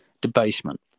debasement